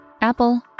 Apple